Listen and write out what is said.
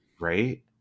right